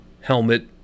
helmet